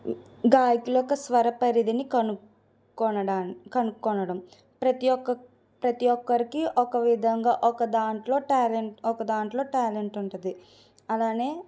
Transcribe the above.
గాయకుల యొక్క స్వర పరిధిని కనుగొనడానికి కనుగొనడం ప్రతీ ఒక్క ప్రతీ ఒక్కరికి ఒక విధంగా ఒక దాంట్లో టాలెంట్ ఒక దాంట్లో టాలెంట్ ఉంటుంది అలానే